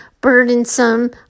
burdensome